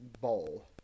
Bowl